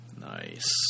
Nice